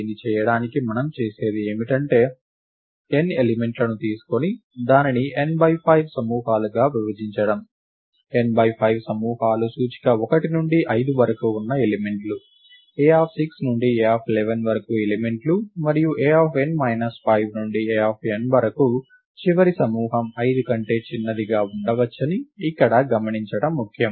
దీన్ని చేయడానికి మనం చేసేది ఏమిటంటే n ఎలిమెంట్లను తీసుకొని దానిని n5 సమూహాలగా విభజించడం n5 సమూహాలు సూచిక 1 నుండి 5 వరకు ఉన్న ఎలిమెంట్లుA6 నుండి A11 వరకు ఎలిమెంట్లు మరియు an 5 నుండి an వరకు చివరి సమూహం 5 కంటే చిన్నదిగా ఉండవచ్చని ఇక్కడ గమనించడం ముఖ్యం